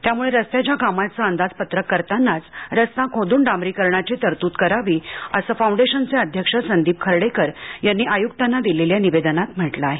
त्याम्ळे रस्त्याच्या कामाचे अंदाजपत्रक करतानाच रस्ता खोदुन डांबरीकरणाची तरतूद करावी असं फाउंडेशनचे अध्यक्ष संदीप खर्डेकर यांनी आयुक्तांना दिलेल्या निवेदनात म्हटलं आहे